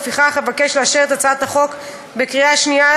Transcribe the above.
ולפיכך אבקש לאשר אותה בקריאה שנייה